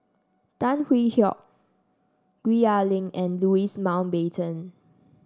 Tan Hwee Hock Gwee Ah Leng and Louis Mountbatten